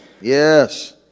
Yes